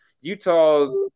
Utah